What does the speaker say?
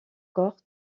corps